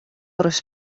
ris